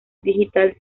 digital